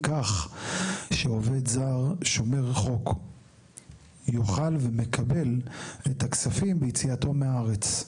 כך שעובד זר שומר חוק יוכל ומקבל את הכספים ביציאתו מהארץ.